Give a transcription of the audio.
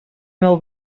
meu